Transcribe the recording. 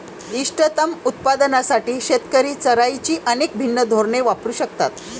इष्टतम उत्पादनासाठी शेतकरी चराईची अनेक भिन्न धोरणे वापरू शकतात